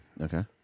Okay